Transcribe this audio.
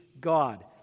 God